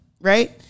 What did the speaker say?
right